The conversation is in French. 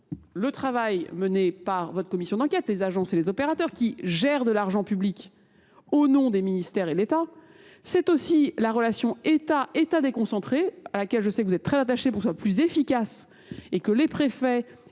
le travail mené par votre commission d'enquête, les agences et les opérateurs qui gèrent de l'argent public au nom des ministères et d'État, c'est aussi la relation État-État déconcentré, à laquelle je sais que vous êtes très attaché pour que ce soit plus efficace et que les préfets